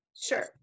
Sure